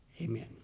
amen